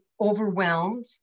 overwhelmed